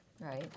Right